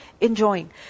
enjoying